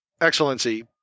Excellency